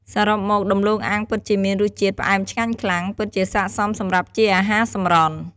សរុបមកដំឡូងអាំងពិតជាមានរសជាតិផ្អែមឆ្ងាញ់ខ្លាំង ពិតជាសាកសមសម្រាប់ជាអាហារសម្រន់។